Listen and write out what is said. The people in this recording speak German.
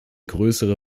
größere